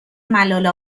ملال